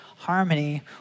Harmony